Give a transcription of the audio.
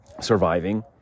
Surviving